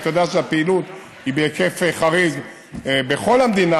ואתה יודע שהפעילות היא בהיקף חריג בכל המדינה